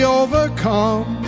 overcome